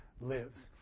lives